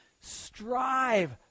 strive